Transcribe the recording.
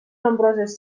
nombroses